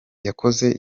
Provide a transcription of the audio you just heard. yakoze